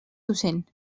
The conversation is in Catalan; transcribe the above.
docent